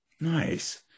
Nice